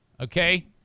Okay